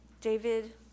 David